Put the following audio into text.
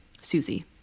Susie